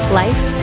life